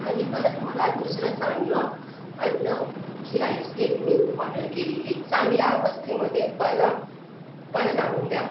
आणि परत मला दुसरं चांगलं अन्न जी राईस प्लेट मी ऑर्डर केलेली चांगल्या अवस्थेमधे मला परत आणून द्या